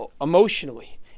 emotionally